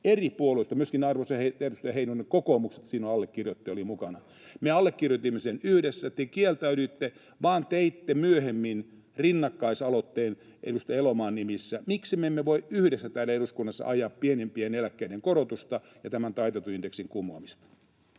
eri puolueista? Arvoisa edustaja Heinonen, myöskin kokoomuksesta siinä oli allekirjoittajia mukana. [Timo Heinonen: Totta kai!] Me allekirjoitimme sen yhdessä. Te kieltäydyitte, vaan teitte myöhemmin rinnakkaisaloitteen edustaja Elomaan nimissä. Miksi me emme voi yhdessä täällä eduskunnassa ajaa pienimpien eläkkeiden korotusta ja taitetun indeksin kumoamista?